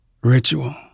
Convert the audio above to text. ritual